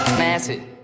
massive